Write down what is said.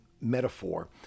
metaphor